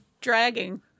dragging